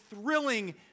thrilling